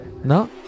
No